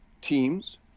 teams